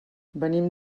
venim